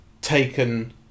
taken